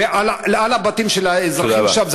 ועל הבתים של האזרחים שם?